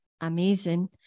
amazing